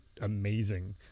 amazing